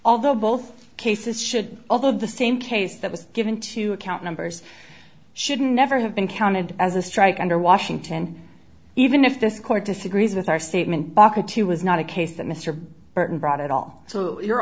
although both cases should all of the same case that was given to account numbers should never have been counted as a strike under washington even if this court disagrees with our statement baka two was not a case that mr burton brought at all so your